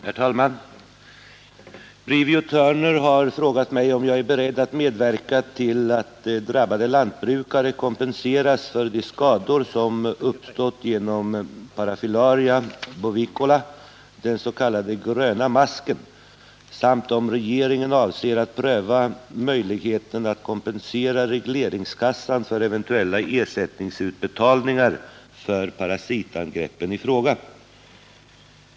Herr talman! Brivio Thörner har frågat mig om jag är beredd att medverka till att drabbade lantbrukare kompenseras för de skador som uppstått genom parafilaria bovicola — den s.k. gröna masken — samt om regeringen avser att pröva möjligheten att kompensera regleringskassan för eventuella ersättningsutbetalningar för parasitangreppen i fråga.